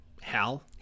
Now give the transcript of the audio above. Hal